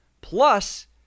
Plus